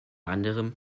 anderem